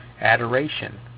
adoration